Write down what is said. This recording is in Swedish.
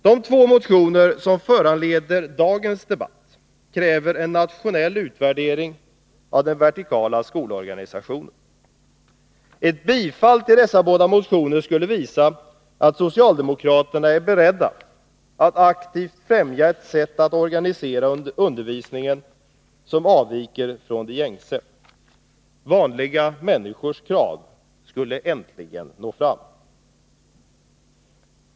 De två motioner som föranleder denna debatt kräver en nationell utvärdering av den vertikala skolorganisationen. Ett bifall till dessa båda motioner skulle visa att socialdemokraterna är beredda att aktivt främja ett sätt att organisera undervisningen som avviker från det gängse. Vanliga människors krav skulle äntligen nå fram.